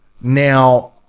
now